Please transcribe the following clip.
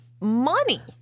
money